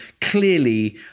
clearly